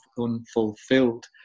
unfulfilled